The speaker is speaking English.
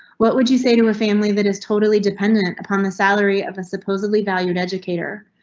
what would you say to a family that is totally dependent upon the salary of a supposedly valued edgecator?